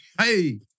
Hey